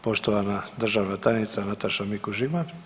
Poštovana državna tajnica Nataša Mikuš Žigman.